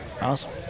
Awesome